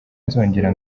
nzongera